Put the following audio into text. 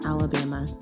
Alabama